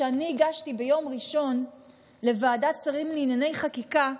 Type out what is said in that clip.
שאני הגשתי ביום ראשון לוועדת שרים לענייני חקיקה,